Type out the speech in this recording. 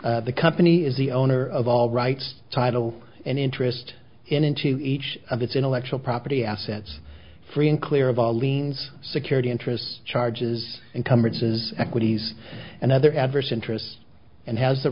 the company is the owner of all rights title and interest into each of its intellectual property assets free and clear of all liens security interest charges incumbrances equities and other adverse interests and has the